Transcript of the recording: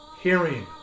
hearing